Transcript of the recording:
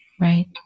Right